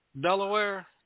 delaware